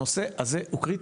הנושא הזה הוא קריטי,